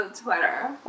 Twitter